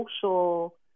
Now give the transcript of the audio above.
social